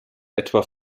etwa